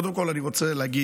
קודם כול, אני רוצה להגיד,